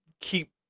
keep